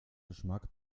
geschmack